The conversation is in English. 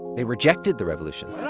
they rejected the revolution